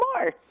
more